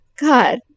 God